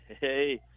Hey